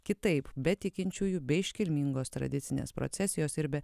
kitaip be tikinčiųjų be iškilmingos tradicinės procesijos ir be